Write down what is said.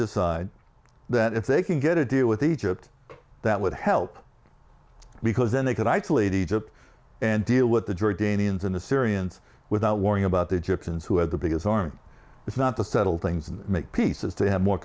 decide that if they can get a deal with egypt that would help because then they could isolate egypt and deal with the jordanians and the syrians without warning about the egyptians who have to because aren't it's not to settle things and make peace is to have more